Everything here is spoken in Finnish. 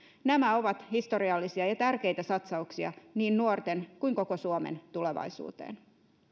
nämä ovat historiallisia ja tärkeitä satsauksia niin nuorten kuin koko suomen tulevaisuuteen